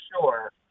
sure